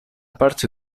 parte